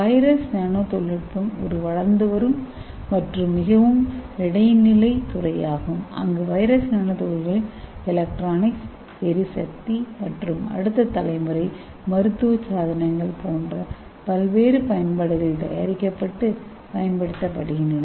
virus nano தொழில்நுட்பம் ஒரு வளர்ந்து வரும் மற்றும் மிகவும் இடைநிலை துறையாகும் அங்கு வைரஸ் நானோ துகள்கள் எலக்ட்ரானிக்ஸ் எரிசக்தி மற்றும் அடுத்த தலைமுறை மருத்துவ சாதனங்கள் போன்ற பல்வேறு பயன்பாடுகளில் தயாரிக்கப்பட்டு பயன்படுத்தப்படுகின்றன